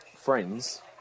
friends